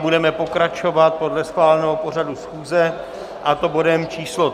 Budeme pokračovat podle schváleného pořadu schůze, a to bodem číslo